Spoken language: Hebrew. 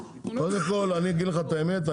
קודם כל אני אגיד לך את האמת,